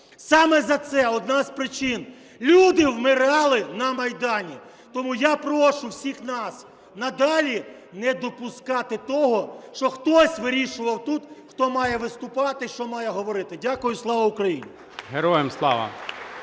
саме за це, одна з причин, люди вмирали на Майдані. Тому я прошу всіх нас надалі не допускати того, щоб хтось вирішував тут хто має виступати і що має говорити. Дякую. Слава Україні! ГОЛОВУЮЧИЙ.